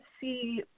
see